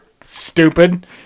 Stupid